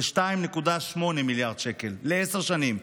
ב-2.8 מיליארד שקלים לעשר שנים.